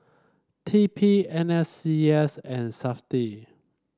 T P N S C S and Safti